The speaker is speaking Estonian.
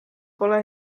pole